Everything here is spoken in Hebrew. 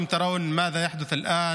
אתם רואים מה קורה עכשיו